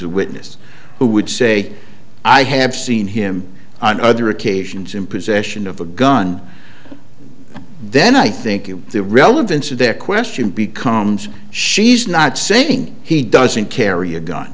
the witness who would say i have seen him on other occasions in possession of a gun then i think the relevance of their question becomes she's not saying he doesn't carry a gun